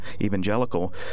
Evangelical